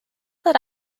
that